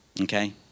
Okay